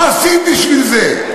מה עשית בשביל זה?